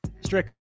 Strick